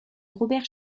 robert